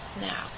now